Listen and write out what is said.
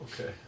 Okay